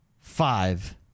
five